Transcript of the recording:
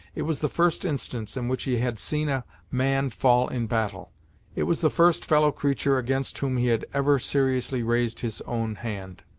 it was the first instance in which he had seen a man fall in battle it was the first fellow-creature against whom he had ever seriously raised his own hand.